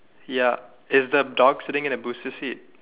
ya is the dog sitting in the booster seat